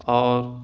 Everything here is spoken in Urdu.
اور